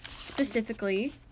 specifically